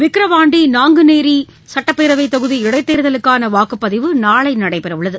விக்கிரவாண்டி நாங்குநேரி சுட்டப்பேரவைத் தொகுதி இடைத் தேர்தலுக்கான வாக்குப்பதிவு நாளை நடைபெறவுள்ளது